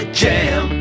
jam